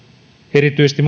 erityisesti